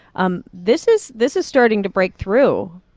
um this is this is starting to break through,